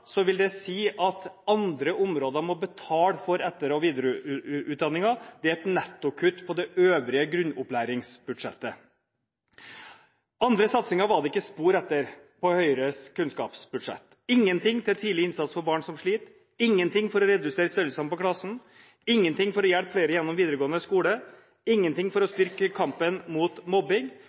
vil det si at andre områder må betale for etter- og videreutdanningen – det er et nettokutt på det øvrige grunnopplæringsbudsjettet. Andre satsinger var det ikke spor etter på Høyres kunnskapsbudsjett. Det var ingenting til tidlig innsats for barn som sliter, ingenting for å redusere størrelsen på klassene, ingenting for å hjelpe flere gjennom videregående skole, ingenting for å styrke kampen mot mobbing,